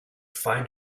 find